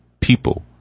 people